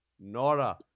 Nora